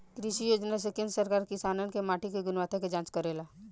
कृषि योजना से केंद्र सरकार किसानन के माटी के गुणवत्ता के जाँच करेला